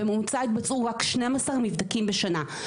בממוצע התבצעו רק 12 מבדקים בשנה.